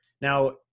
Now